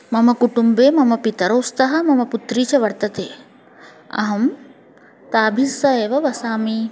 मम कुटुम्बे मम पितरौ स्तः मम पुत्री च वर्तते अहं ताभिस्सहैव वसामि